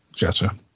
gotcha